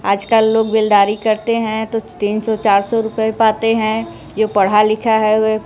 आजकल लोग बेलदारी करते हैं तो तीन सौ चार सौ रुपए पाते हैं जो पढ़ा लिखा है वे